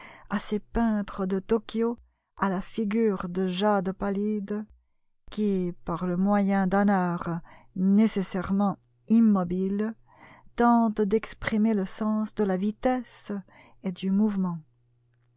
à ces peintres de tokio à la figure de jade pal lide qui par le moyen d'un art nécessairement immobile tentent d'exprimer le sens de la vitesse et du mouvement